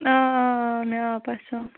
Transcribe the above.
اۭں مےٚ آو پہچان